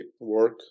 work